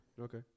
Okay